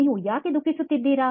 ನೀವು ಯಾಕೆ ದುಃಖಿಸುತ್ತಿದ್ದೀರಿ